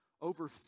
Over